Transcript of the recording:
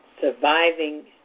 surviving